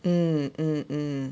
mm mm mm